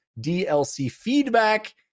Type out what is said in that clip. dlcfeedback